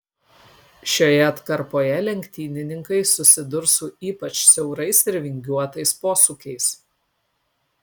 šioje atkarpoje lenktynininkai susidurs su ypač siaurais ir vingiuotais posūkiais